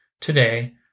Today